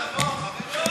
אני משאיר לכם את המגרש.